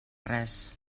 res